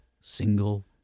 single